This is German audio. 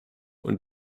und